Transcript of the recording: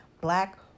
Black